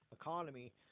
economy